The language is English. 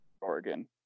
Oregon